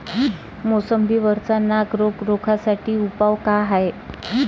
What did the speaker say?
मोसंबी वरचा नाग रोग रोखा साठी उपाव का हाये?